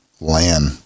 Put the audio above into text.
land